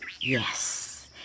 Yes